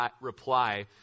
reply